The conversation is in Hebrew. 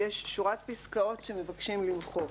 יש שורת פסקאות שמבקשים למחוק,